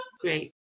great